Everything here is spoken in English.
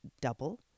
double